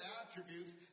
attributes